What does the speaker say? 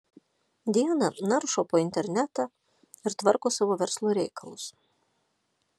dieną naršo po internetą ir tvarko savo verslo reikalus